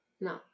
No